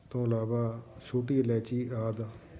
ਤੋਂ ਇਲਾਵਾ ਛੋਟੀ ਇਲਾਇਚੀ ਆਦਿ